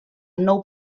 nou